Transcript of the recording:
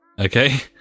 okay